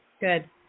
Good